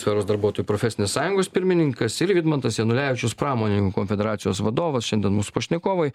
sferos darbuotojų profesinės sąjungos pirmininkas ir vidmantas janulevičius pramonin konfederacijos vadovas šiandien mūsų pašnekovai